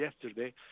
yesterday